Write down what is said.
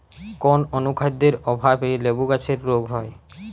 কোন অনুখাদ্যের অভাবে লেবু গাছের রোগ হয়?